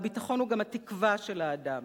והביטחון הוא גם התקווה של האדם.